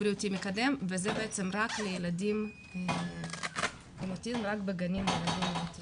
מקדם וזה בעצם רק לילדים עם אוטיזם רק בגנים לילדים עם אוטיזם.